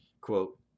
quote